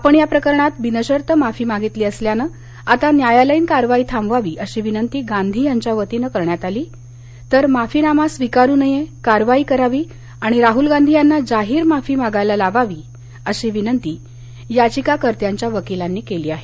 आपण या प्रकरणात बिनशर्त माफी मागितली असल्यानं आता न्यायालयीन कारवाई थांबवावी अशी विनंती गांधी यांच्या वतीनं करण्यात आली तर माफिनामा स्वीकारू नये कारवाई करावी आणि राहूल गांधी यांना जाहीर माफी मागायला लावावी अशी विनंती याचिकाकर्त्यांच्या वकिलांनी केली आहे